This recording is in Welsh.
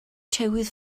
tywydd